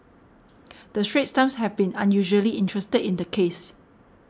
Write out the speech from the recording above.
the Straits Times have been unusually interested in the case